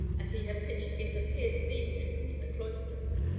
as he had pitched into pierce senior in the cloisters.